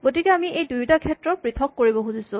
গতিকে আমি এই দুয়োটা ক্ষেত্ৰ পৃথক কৰিব খুজিছোঁ